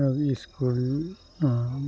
school